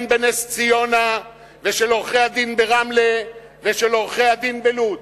בנס-ציונה ושל עורכי-הדין ברמלה ושל עורכי-הדין בלוד.